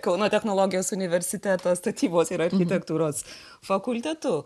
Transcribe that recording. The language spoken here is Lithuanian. kauno technologijos universiteto statybos ir architektūros fakultetu